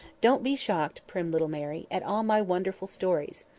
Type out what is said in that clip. don't be shocked, prim little mary, at all my wonderful stories.